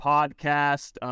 Podcast